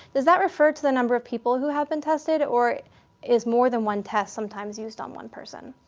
does that refer to the number of people who have been tested or is more than one test sometimes used on one person?